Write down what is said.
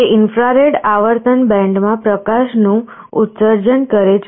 તે ઇન્ફ્રારેડ આવર્તન બેન્ડમાં પ્રકાશનું ઉત્સર્જન કરે છે